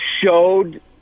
showed